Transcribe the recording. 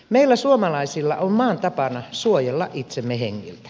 meillä suomalaisilla on maan tapana suojella itsemme hengiltä